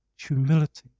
humility